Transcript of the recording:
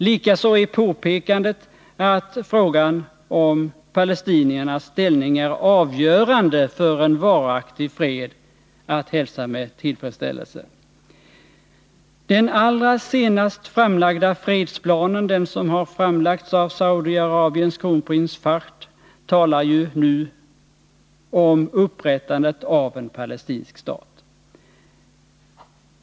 Likaså är påpekandet att frågan om palestiniernas ställning är avgörande för en varaktig fred att hälsa med tillfredsställelse. Den allra senast framlagda fredsplanen, den som har framlagts av Saudiarabiens kronprins Fahd, talar ju nu om upprättandet av en palestinsk stat.